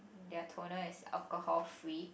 their toner is alcohol free